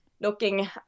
looking